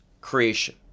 creation